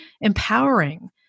empowering